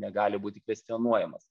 negali būti kvestionuojamas